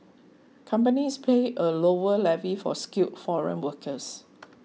companies pay a lower levy for skilled foreign workers